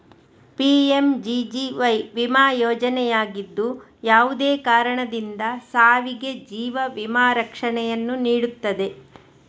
PMGGY ವಿಮಾ ಯೋಜನೆಯಾಗಿದ್ದು, ಯಾವುದೇ ಕಾರಣದಿಂದ ಸಾವಿಗೆ ಜೀವ ವಿಮಾ ರಕ್ಷಣೆಯನ್ನು ನೀಡುತ್ತದೆ